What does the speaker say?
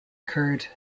occurred